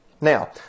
Now